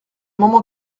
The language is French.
moment